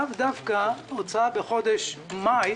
ולאו דווקא הוצאה בחודש מאי,